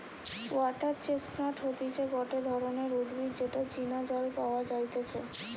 water chestnut হতিছে গটে ধরণের উদ্ভিদ যেটা চীনা জল পাওয়া যাইতেছে